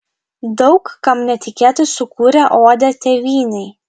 daug kam netikėtai sukūrė odę tėvynei